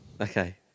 Okay